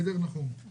נחום לדר,